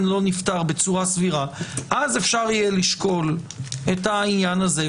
לא נפתר בצורה סבירה ואז אפשר יהיה לשקול את העניין הזה,